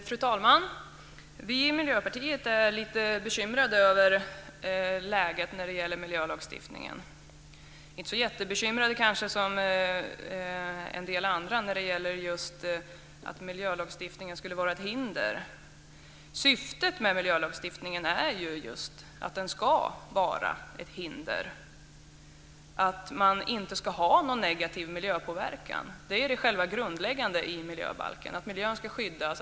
Fru talman! Vi i Miljöpartiet är lite bekymrade över läget vad gäller miljölagstiftningen, inte så jättebekymrade som en del andra när det gäller just att miljölagstiftningen skulle vara ett hinder. Syftet med miljölagstiftningen är att den ska vara ett hinder, att det inte ska vara någon negativ miljöpåverkan. Det är själva det grundläggande i miljöbalken. Miljön ska skyddas.